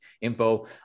info